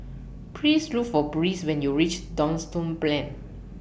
Please Look For Brice when YOU REACH Duxton Plain